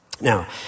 Now